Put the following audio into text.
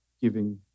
giving